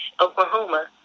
Oklahoma